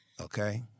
Okay